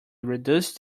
reduced